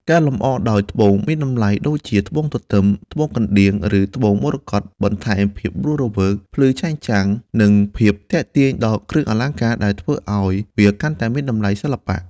ការលម្អដោយ ត្បូងមានតម្លៃ ដូចជា ត្បូងទទឹម ត្បូងកណ្ដៀង ឬត្បូងមរកត បន្ថែមភាពរស់រវើក ភាពភ្លឺចែងចាំង និងភាពទាក់ទាញដល់គ្រឿងអលង្ការ ដែលធ្វើឱ្យវាកាន់តែមានតម្លៃសិល្បៈ។